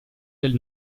del